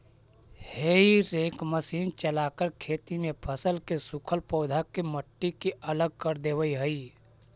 हेई rake machine चलाकर खेत में फसल के सूखल पौधा के मट्टी से अलग कर देवऽ हई